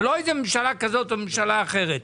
זה לא איזה ממשלה כזו או ממשלה אחרת.